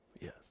Yes